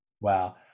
Wow